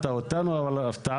שלי.